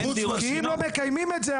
אם לא מקיימים את זה,